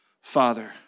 Father